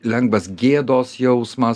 lengvas gėdos jausmas